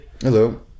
Hello